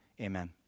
amen